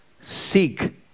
seek